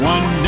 One